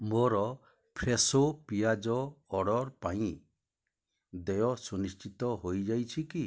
ମୋର ଫ୍ରେଶୋ ପିଆଜ ଅର୍ଡ଼ର ପାଇଁ ଦେୟ ସୁନିଶ୍ଚିତ ହୋଇଯାଇଛି କି